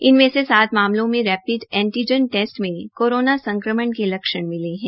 इनमे सात मामलों में रेपिड एंटीजन टेस्ट में कोरोना संक्रमण के लक्षण मिले है